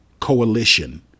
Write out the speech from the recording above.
coalition